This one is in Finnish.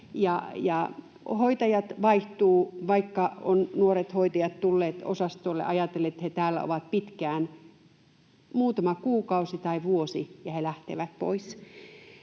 hoitajat vaihtuvat, vaikka ovat nuoret hoitajat tulleet osastolle, ajatelleet, että he täällä ovat pitkään — muutama kuukausi tai vuosi ja he lähtevät pois